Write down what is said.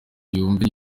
yumve